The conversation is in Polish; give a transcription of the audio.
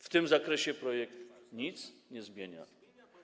W tym zakresie projekt nic nie zmienia.